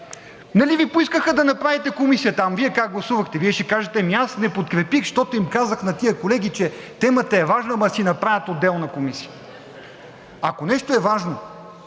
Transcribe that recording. Нали Ви поискаха да направите комисия там, Вие как гласувахте? Вие ще кажете: „Ами аз не подкрепих, защото им казах на тези колеги, че темата е важна, ама да си направят отделна комисия.“ Ако нещо е важно,